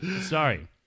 sorry